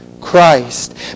Christ